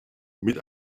mit